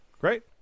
Great